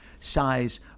size